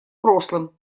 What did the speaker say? прошлым